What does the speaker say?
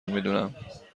میدونم